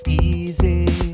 easy